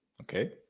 Okay